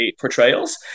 portrayals